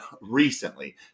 recently